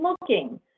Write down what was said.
looking